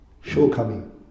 shortcoming